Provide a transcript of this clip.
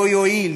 לא יועיל,